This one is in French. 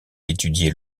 étudié